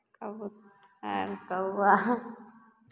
कबूतर कौआ